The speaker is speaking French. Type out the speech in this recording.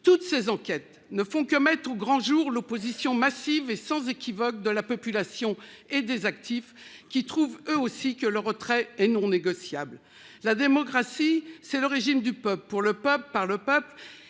Toutes ces enquêtes ne font que mettre au grand jour l'opposition massive et sans équivoque de la population et des actifs qui trouvent eux aussi que le retrait est non négociable. La démocratie c'est le régime du peuple pour le peuple par le peuple